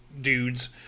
dudes